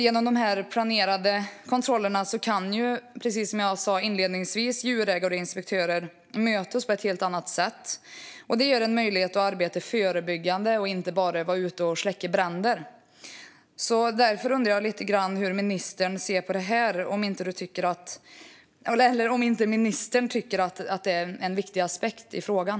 Genom de planerade kontrollerna kan, precis som jag sa inledningsvis, djurägare och inspektörer mötas på ett helt annat sätt. Det ger möjligheter att arbeta förebyggande och inte bara vara ute och släcka bränder. Därför undrar jag hur ministern ser på detta och om han inte tycker att det är en viktig aspekt i frågan.